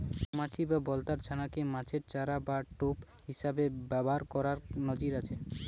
মউমাছি বা বলতার ছানা কে মাছের চারা বা টোপ হিসাবে ব্যাভার কোরার নজির আছে